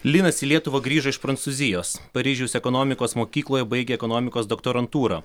linas į lietuvą grįžo iš prancūzijos paryžiaus ekonomikos mokykloje baigė ekonomikos doktorantūrą